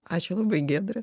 ačiū labai giedre